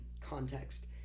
context